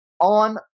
on